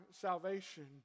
salvation